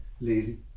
Lazy